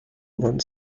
one